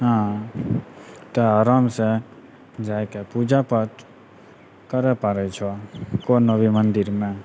हँ तऽ आरामसँ जायके पूजा पाठ करै पड़ै छौ कोनो भी मन्दिरमे